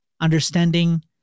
understanding